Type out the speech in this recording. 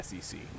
SEC